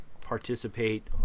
participate